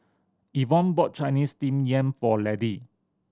Yvonne bought Chinese Steamed Yam for Laddie